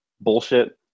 bullshit